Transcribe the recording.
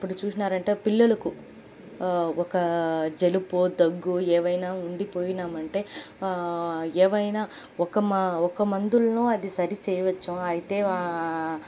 ఇప్పుడు చూశారంటే పిల్లలకు ఒక జలుబో దగ్గో ఏవైన ఉండిపోయినామంటే ఏవైన ఒక మా ఒక మందులనో అది సరిచేయవచ్చు అయితే